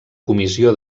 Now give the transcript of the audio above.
comissió